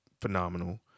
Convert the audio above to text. phenomenal